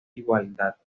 igualdad